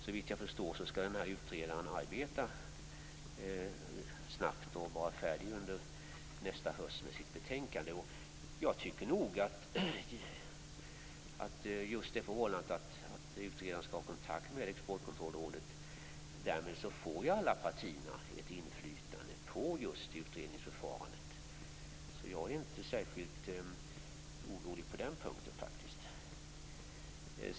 Såvitt jag förstår skall utredaren arbeta snabbt och vara färdig under nästa höst med sitt betänkande. Jag tycker nog att just det förhållandet att utredaren skall ha kontakt med Exportkontrollrådet gör att alla partierna därmed får ett inflytande på utredningsförfarandet. Jag är faktiskt inte särskilt orolig på den punkten.